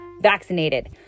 vaccinated